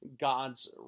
God's